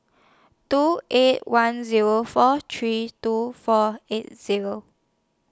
two eight one Zero four three two four eight Zero